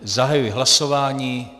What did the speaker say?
Zahajuji hlasování.